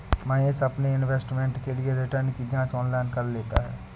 महेश अपने इन्वेस्टमेंट के लिए रिटर्न की जांच ऑनलाइन कर लेता है